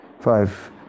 Five